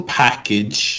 package